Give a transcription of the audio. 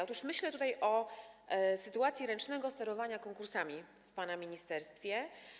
Otóż myślę o sytuacji ręcznego sterowania konkursami w pana ministerstwie.